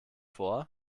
vor